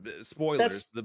spoilers